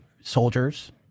soldiers